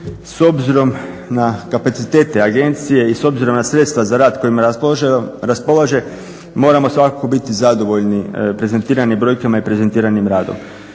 S obzirom na kapacitete agencije i s obzirom na sredstva za rad kojima raspolaže moramo svakako biti zadovoljni prezentiranim brojkama i prezentiranim radom.